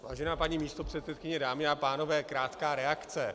Vážená paní místopředsedkyně, dámy a pánové, krátká reakce.